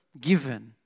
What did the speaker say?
given